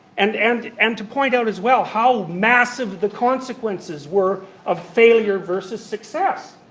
and and and to point out as well how massive the consequences were of failure versus success.